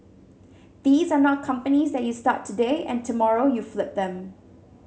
these are not companies that you start today and tomorrow you flip them